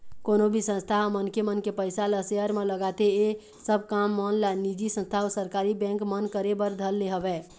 कोनो भी संस्था ह मनखे मन के पइसा ल सेयर म लगाथे ऐ सब काम मन ला निजी संस्था अऊ सरकारी बेंक मन करे बर धर ले हवय